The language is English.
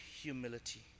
humility